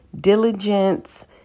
diligence